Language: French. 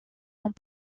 ans